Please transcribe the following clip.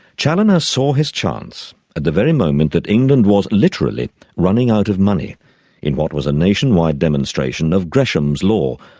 chaloner saw his chance at the very moment that england was literally running out of money in what was a nationwide demonstration of gresham's law,